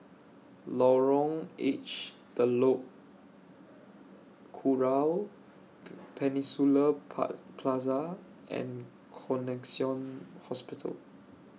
Lorong H Telok Kurau Peninsula Plaza and Connexion Hospital